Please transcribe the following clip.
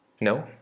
No